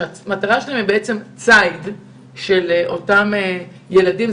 ציד של ילדים.